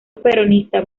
peronista